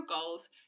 goals